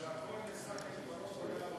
שהכול נעשה